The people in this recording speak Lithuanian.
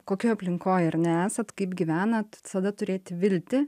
kokioj aplinkoj ar ne esat kaip gyvenat visada turėti viltį